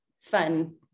fun